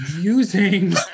using